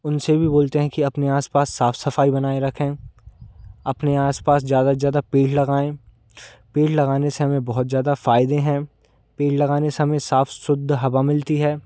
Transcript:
उनसे भी बोलते हैं कि अपने आस पास साफ़ सफ़ाई बनाए रखें अपने आस पास ज़्यादा से ज़्यादा पेड़ लगाएँ पेड़ लगाने से हमें बहुत ज़्यादा फ़ायदे हैं पेड़ लगाने से हमें साफ़ शुद्ध हवा मिलती है